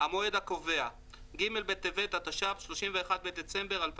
"המועד הקובע" ג' בטבת התש"ף (31 בדצמבר 2019);